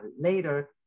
later